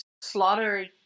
slaughter